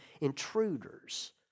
intruders